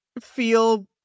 feel